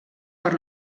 per